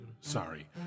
Sorry